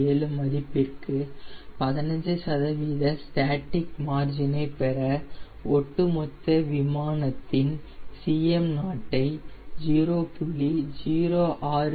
657 மதிப்பிற்கு 15 சதவீத ஸ்டேட்டிக் மார்ஜினை பெற ஒட்டுமொத்த விமானத்தின் Cm0 ஐ 0